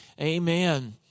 Amen